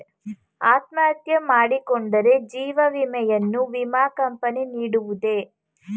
ಅತ್ಮಹತ್ಯೆ ಮಾಡಿಕೊಂಡರೆ ಜೀವ ವಿಮೆಯನ್ನು ವಿಮಾ ಕಂಪನಿ ನೀಡುವುದೇ?